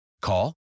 Call